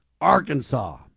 Arkansas